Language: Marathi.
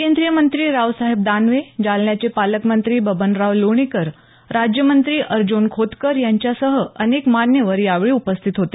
केंद्रीय मंत्री रावसाहेब दानवे जालन्याचे पालकमंत्री बबनराव लोणीकर राज्यमंत्री अर्ज्न खोतकर यांच्यासह अनेक मान्यवर यावेळी उपस्थित होते